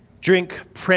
Drink